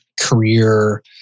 career